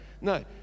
No